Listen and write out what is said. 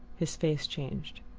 his face changed.